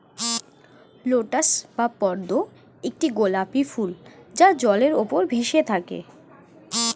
lotus বা পদ্ম একটি গোলাপী ফুল যা জলের উপর ভেসে থাকে